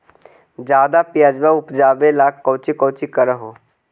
ज्यादा प्यजबा उपजाबे ले कौची कौची कर हो?